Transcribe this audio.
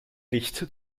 licht